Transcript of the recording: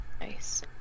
Nice